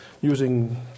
using